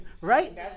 right